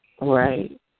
right